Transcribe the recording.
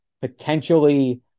potentially